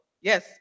yes